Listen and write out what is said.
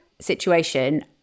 situation